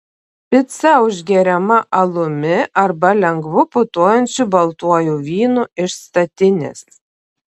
pica užgeriama alumi arba lengvu putojančiu baltuoju vynu iš statinės